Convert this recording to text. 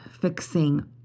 fixing